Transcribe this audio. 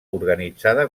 organitzada